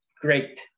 great